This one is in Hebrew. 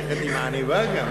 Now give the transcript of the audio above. תתחיל ללכת עם עניבה גם,